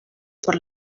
por